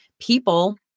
people